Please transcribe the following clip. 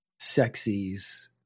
Sexies